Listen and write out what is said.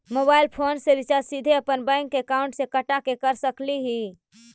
Mobile phone recharge सीधे अपन bank account से कटा के कर सकली ही?